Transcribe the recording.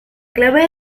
clave